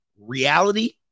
reality